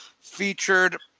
featured